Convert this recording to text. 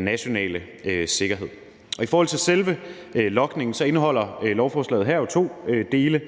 nationale sikkerhed. I forhold til selve logningen indeholder lovforslaget jo her to dele: